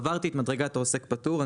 אם עברתי את מדרגת העוסק פטור,